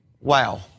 wow